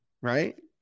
Right